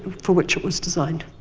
for which it was designed.